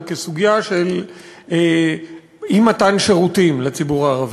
כסוגיה של אי-מתן שירותים לציבור הערבי.